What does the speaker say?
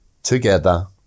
Together